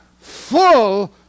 full